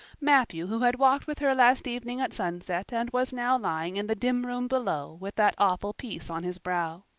matthew who had walked with her last evening at sunset and was now lying in the dim room below with that awful peace on his brow.